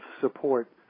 support